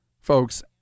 folks